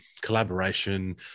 collaboration